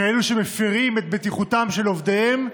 כאלה שמפירים את בטיחותם של עובדיהם,